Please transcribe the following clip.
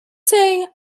say